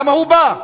למה הוא בא?